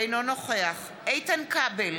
אינו נוכח איתן כבל,